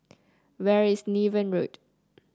where is Niven Road